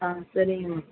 ஆ சரிங்க மேம்